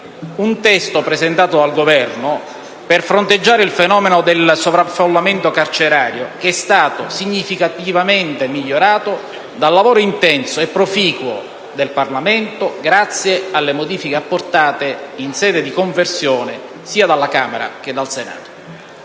Un testo, presentato dal Governo per fronteggiare il fenomeno del sovraffollamento carcerario, è stato significativamente migliorato dal lavoro intenso e proficuo del Parlamento, grazie alle modifiche apportate in sede di conversione sia dalla Camera dei deputati